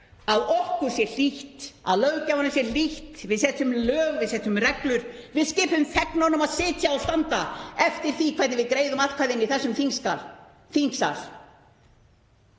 að okkur sé hlýtt, að löggjafanum sé hlýtt. Við setjum lög, við setjum reglur, við skipum þegnunum að sitja og standa eftir því hvernig við greiðum atkvæði inni í þessum þingsal,